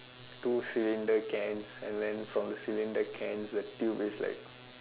two cylinder cans and then from cylinder cans the tube is like